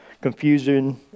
confusion